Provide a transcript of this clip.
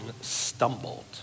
stumbled